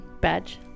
badge